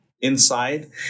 inside